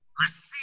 Receive